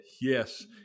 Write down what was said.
yes